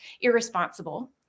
irresponsible